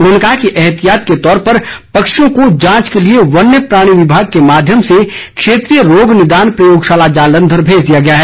उन्होंने कहा कि ऐहतियात के तौर पर पक्षियों को जांच के लिए वन्य प्राणी विभाग के माध्यम से क्षेत्रीय रोग निदान प्रयोगशाला जालंधर भेज दिया गया है